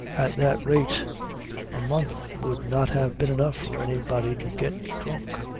at that rate a month would not have been enough for anybody to get drunk.